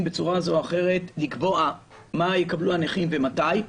בצורה זו או אחרת לקבוע מה יקבלו הנכים ומתי,